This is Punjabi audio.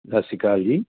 ਸਤਿ ਸ਼੍ਰੀ ਅਕਾਲ ਜੀ